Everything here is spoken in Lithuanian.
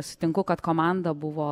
sutinku kad komanda buvo